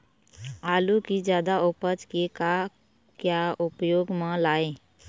आलू कि जादा उपज के का क्या उपयोग म लाए?